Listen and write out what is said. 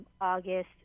August